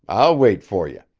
i'll wait for ye.